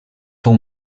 fou